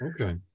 okay